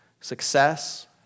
success